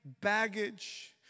baggage